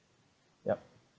yup